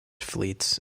fleets